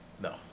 No